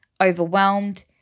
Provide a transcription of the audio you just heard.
overwhelmed